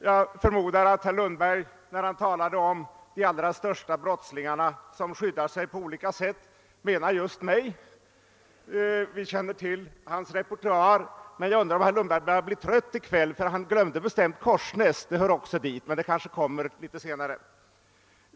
Jag förmodar att herr Lundberg, när han talade om de allra största brottslingarna som skyddar sig på olika sätt, menade just mig. Vi känner till hans repertoar, men jag undrar om herr Lundberg börjar bli trött i kväll; han glömde bestämt Korsnäs, som också hör till denna repertoar, men det kanske kommer litet senare.